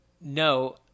no